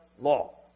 law